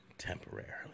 temporarily